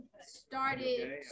started